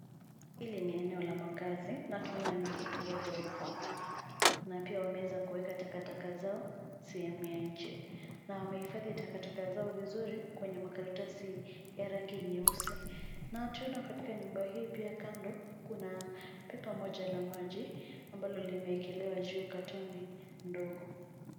Hili ni eneo la makazi na tunaona ni ya ghorofa na pia wameweza kuweka takataka zao sehemu ya nje na wamehifadhi takataka zao vizuri kwenye makaratasi ya rangi nyeusi na tunaona katika nyumba hii pia kando, kuna pipa moja la maji ambalo limewekelewa juu carton ndogo.